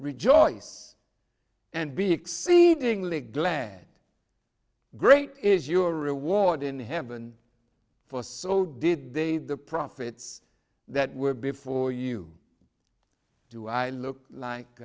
rejoice and be exceedingly glad great is your reward in heaven for so did they the profits that were before you do i look like